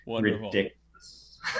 ridiculous